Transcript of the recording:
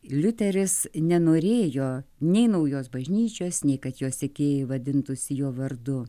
liuteris nenorėjo nei naujos bažnyčios nei kad jo sekėjai vadintųsi jo vardu